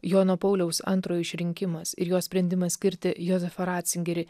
jono pauliaus antrojo išrinkimas ir jo sprendimas skirti jozefą ratzingerį